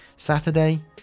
Saturday